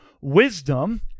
wisdom